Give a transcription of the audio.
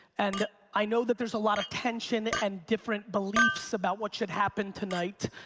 and i know that there's a lot of tension and different beliefs about what should happen tonight.